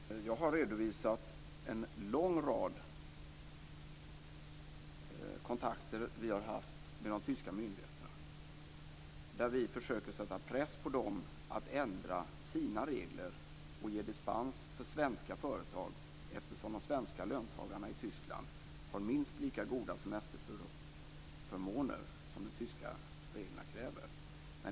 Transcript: Fru talman! Jag har redovisat en lång rad kontakter som vi har haft med de tyska myndigheterna, där vi försöker sätta press på dem att ändra sina regler och ge dispens för svenska företag, eftersom de svenska löntagarna i Tyskland har minst lika goda semesterförmåner som de tyska reglerna kräver.